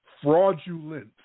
Fraudulent